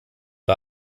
bei